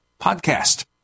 PODCAST